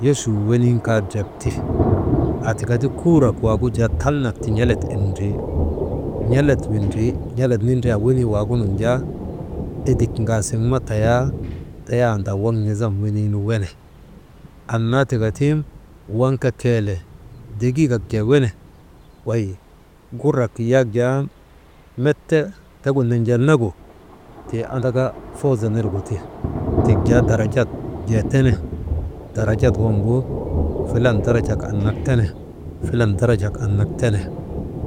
Yochuu wenin kaa drep ti, aa tika ti kuurak wagu jaa talnak ti n̰elet windrii, m n̰elet windrii n̰elez nindriyaa wenii waagunun jaa, edik ŋaasiŋ ma tayaa tayandaa waŋ nizam wenii nu wene, anna tika ti waŋ kaa kele degiigak jee wene, wey gurak yak jaa met te tegu nenjelnagu tii andaka foozo nirgu ti, tik jaa darjat jee tene, darajat waŋgu filan darajak annak tene, filan darajak annak tene,